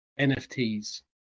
nfts